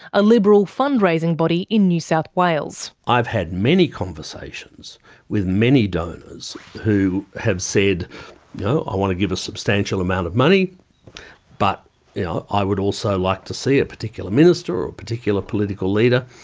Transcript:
a liberal fundraising body in new south wales. i've had many conversations with many donors who have said you know i want to give a substantial amount of money but yeah i would also like to see a particular minister or a particular political leader.